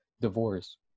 divorce